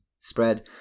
spread